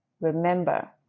Remember